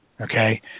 Okay